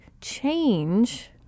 change